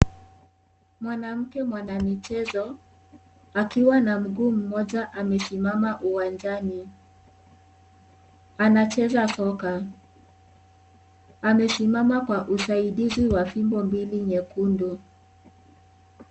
Mwanamke mwanamichezo akiwa na mguu mmoja amesimama uwanjani. Anacheza soka. Amesimama kwa usaidizi wa fimbo mbili nyekundu.